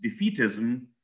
defeatism